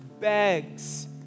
begs